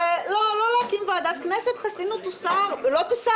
לא להקים ועדת כנסת, והחסינות לא תינתן,